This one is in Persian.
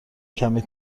کمی